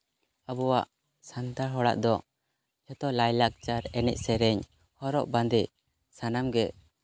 ᱟᱵᱚᱣᱟᱜ ᱥᱟᱱᱛᱟᱲ ᱦᱚᱲᱟᱜ ᱫᱚ ᱡᱷᱚᱛᱚ ᱞᱟᱭᱼᱞᱟᱠᱪᱟᱨ ᱮᱱᱮᱡ ᱥᱮᱨᱮᱧ ᱦᱚᱨᱚᱜ ᱵᱟᱸᱫᱮ ᱥᱟᱱᱟᱢ ᱜᱮ